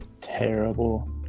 terrible